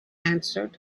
answered